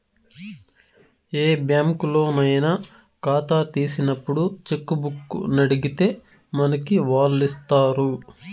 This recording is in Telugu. ఏ బ్యాంకులోనయినా కాతా తీసినప్పుడు చెక్కుబుక్కునడిగితే మనకి వాల్లిస్తారు